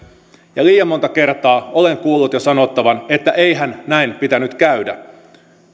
liian monta kertaa olen jo kuullut sanottavan että eihän näin pitänyt käydä